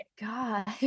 God